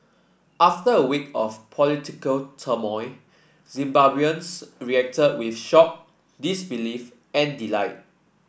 after a week of political turmoil Zimbabweans reacted with shock disbelief and delight